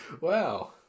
Wow